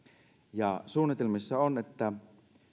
suunnitelmissa on että